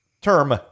term